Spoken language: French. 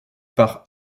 par